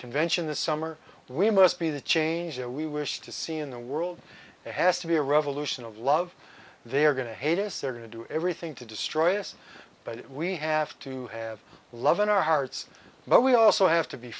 convention this summer we must be the change that we wish to see in the world has to be a revolution of love they are going to hate us they're going to do everything to destroy us but we have to have love in our hearts but we also have to be